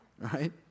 right